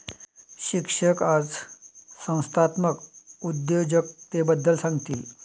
शिक्षक आज संस्थात्मक उद्योजकतेबद्दल सांगतील